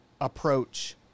approach